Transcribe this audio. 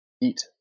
eat